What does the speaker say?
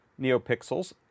NeoPixels